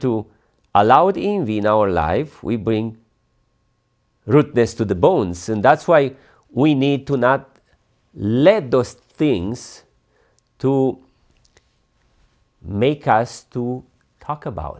to allow it in the in our lives we bring root this to the bones and that's why we need to not let those things to make us to talk about